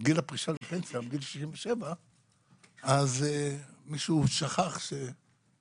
גיל הפרישה לפנסיה עד גיל 67 מישהו שכח שחמש